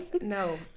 no